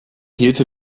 hilfe